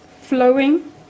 Flowing